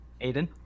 aiden